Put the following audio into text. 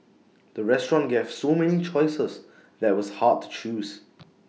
the restaurant gave so many choices that was hard to choose